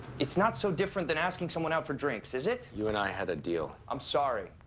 it's not so different that asking someone out for drinks, is it? you and i had a deal. i'm sorry.